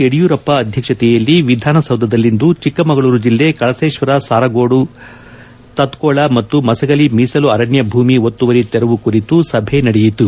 ಯಡಿಯೂರಪ್ಪ ಅಧ್ಯಕ್ಷತೆಯಲ್ಲಿ ವಿಧಾನಸೌಧದಲ್ಲಿಂದು ಚಿಕ್ಕಮಗಳೂರು ಜಿಲ್ಲೆ ಕಳಸೇತ್ವರದ ಸಾರಗೋಡು ತತ್ತೋಳ ಮತ್ತು ಮಸಗಲಿ ಮೀಸಲು ಅರಣ್ಣ ಭೂಮಿ ಒತ್ತುವರಿ ತೆರವು ಕುರಿತು ಸಭೆ ನಡೆಯಿತು